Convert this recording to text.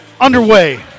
underway